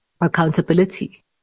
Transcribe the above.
accountability